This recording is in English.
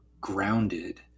grounded